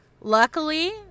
Luckily